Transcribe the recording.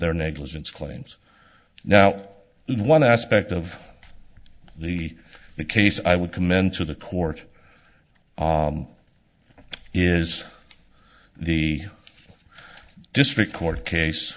their negligence claims now in one aspect of the the case i would commend to the court is the district court case